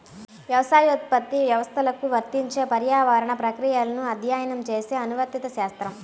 వ్యవసాయోత్పత్తి వ్యవస్థలకు వర్తించే పర్యావరణ ప్రక్రియలను అధ్యయనం చేసే అనువర్తిత శాస్త్రం